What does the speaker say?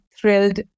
thrilled